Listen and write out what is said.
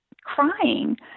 crying